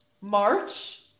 March